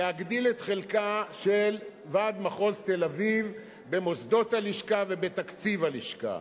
להגדיל את חלקו של ועד מחוז תל-אביב במוסדות הלשכה ובתקציב הלשכה.